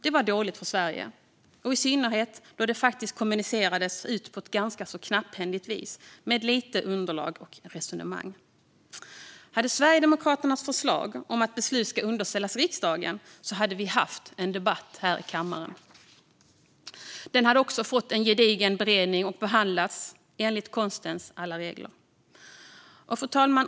Det var dåligt för Sverige, i synnerhet då det kommunicerades ut på ett ganska knapphändigt vis med lite underlag och resonemang. Hade Sverigedemokraternas förslag om att beslut ska underställas riksdagen genomförts hade vi haft en debatt här i kammaren. Frågan hade också fått en gedigen beredning och behandlats enligt konstens alla regler. Fru talman!